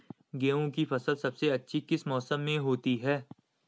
गेहूँ की फसल सबसे अच्छी किस मौसम में होती है